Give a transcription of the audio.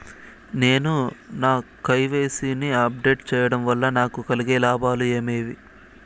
నేను నా కె.వై.సి ని అప్ డేట్ సేయడం వల్ల నాకు కలిగే లాభాలు ఏమేమీ?